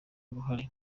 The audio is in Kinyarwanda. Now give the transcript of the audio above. uruhare